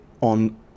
on